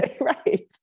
right